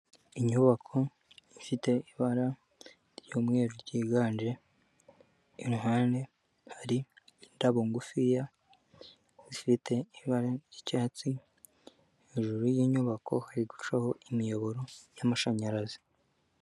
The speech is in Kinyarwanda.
Inyubako ifite ibara ry'umweru ryiganje iruhande hari indabo ngufiya zifite ibara ry'icyatsi hejuru y'inyubako hari gucaho imiyoboro y'amashanyarazi.